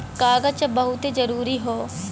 कागज अब बहुते जरुरी हौ